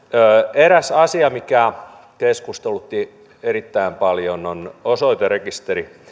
eräs asia mikä keskustelutti erittäin paljon on osoiterekisteri